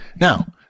Now